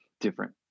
different